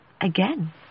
again